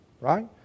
right